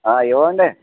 ఇవ్వండి